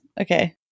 Okay